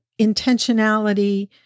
intentionality